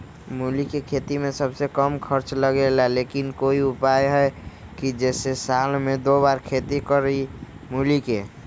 मूली के खेती में सबसे कम खर्च लगेला लेकिन कोई उपाय है कि जेसे साल में दो बार खेती करी मूली के?